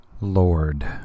Lord